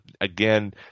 again